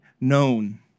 known